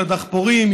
של הדחפורים,